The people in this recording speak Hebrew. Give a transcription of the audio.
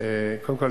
קודם כול,